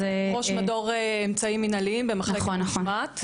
מדור אמצעים מנהליים במחלקת המשמעת.